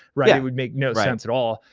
right? and would make no sense at all,